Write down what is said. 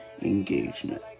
engagement